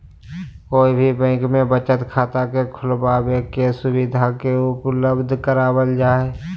कोई भी बैंक में बचत खाता के खुलबाबे के सुविधा के उपलब्ध करावल जा हई